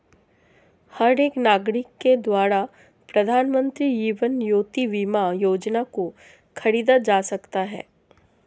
हर एक नागरिक के द्वारा प्रधानमन्त्री जीवन ज्योति बीमा योजना को खरीदा जा सकता है